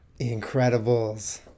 Incredibles